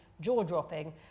jaw-dropping